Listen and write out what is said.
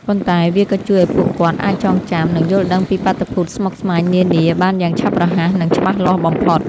ប៉ុន្តែវាក៏ជួយឱ្យពួកគាត់អាចចងចាំ និងយល់ដឹងពីបាតុភូតស្មុគស្មាញនានាបានយ៉ាងឆាប់រហ័ស និងច្បាស់លាស់បំផុត។